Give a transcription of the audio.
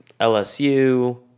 LSU